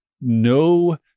no